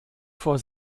vor